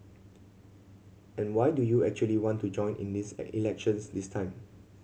and why do you actually want to join in this elections this time